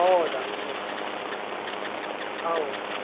हो चालेल होते ते हा